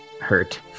hurt